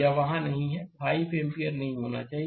यह वहां नहीं है 5 एम्पीयर नहीं होना चाहिए